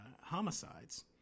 homicides